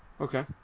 Okay